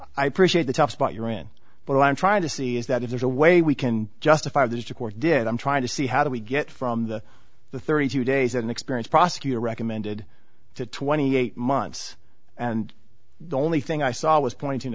i appreciate the tough spot you're in but i'm trying to see is that if there's a way we can justify this to court did i'm trying to see how do we get from the the thirty days an experienced prosecutor recommended to twenty eight months and the only thing i saw was pointing